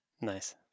Nice